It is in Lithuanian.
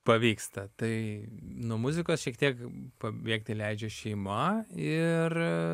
pavyksta tai nuo muzikos šiek tiek pabėgti leidžia šeima ir